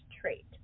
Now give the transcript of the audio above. trait